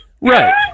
Right